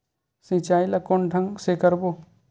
सिंचाई ल कोन ढंग से करबो?